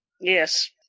Yes